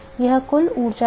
वह कुल ऊर्जा है